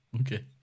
Okay